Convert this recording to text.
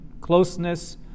closeness